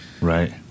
Right